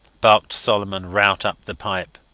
barked solomon rout up the pipe.